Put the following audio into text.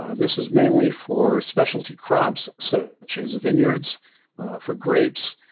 ah this is mainly for specialty crops so such as vineyards for grapes,